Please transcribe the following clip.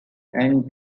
and